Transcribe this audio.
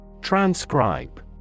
Transcribe